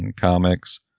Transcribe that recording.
comics